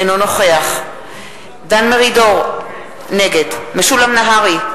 אינו נוכח דן מרידור, נגד משולם נהרי,